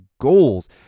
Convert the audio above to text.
goals